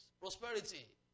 Prosperity